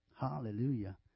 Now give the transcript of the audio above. Hallelujah